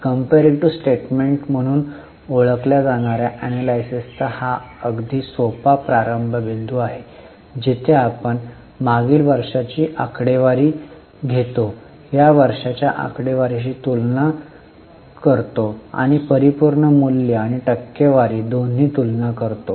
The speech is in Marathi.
कंपेरीटीव्ह स्टेटमेंट म्हणून ओळखल्या जाणार्या एनलायसिसचा हा अगदी सोपा प्रारंभ बिंदू आहे जिथे आपण मागील वर्षाची आकडेवारी घेतो आणि या वर्षाच्या आकडेवारीशी तुलना करतो आणि परिपूर्ण मूल्य आणि टक्केवारी दोन्ही तुलना करतो